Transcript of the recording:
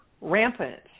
rampant